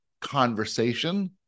conversation